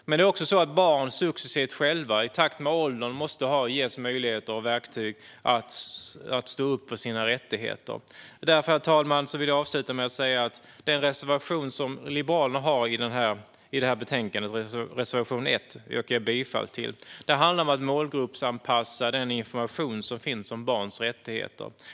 Men barn måste även själva successivt i takt med åldern ges möjligheter och verktyg att stå upp för sina rättigheter. Därför, herr talman, vill jag avsluta med att yrka bifall till den reservation som Liberalerna har i betänkandet, reservation 1. Den handlar om att målgruppsanpassa den information som finns om barns rättigheter.